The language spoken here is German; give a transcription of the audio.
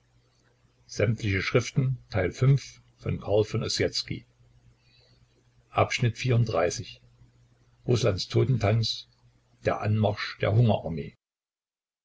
volks-zeitung rußlands totentanz der anmarsch der